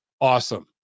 awesome